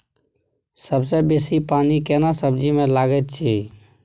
सबसे बेसी पानी केना सब्जी मे लागैत अछि?